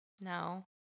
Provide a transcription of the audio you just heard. No